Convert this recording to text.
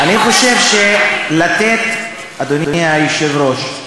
אני חושב שלתת, אדוני היושב-ראש,